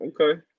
Okay